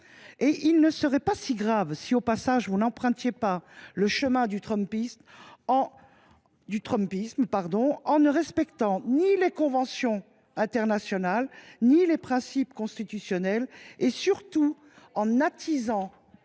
; il ne serait pas si grave si, au passage, vous n’empruntiez pas le chemin du trumpisme en ne respectant ni les conventions internationales ni les principes constitutionnels et, surtout, n’attisiez